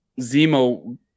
Zemo